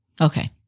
Okay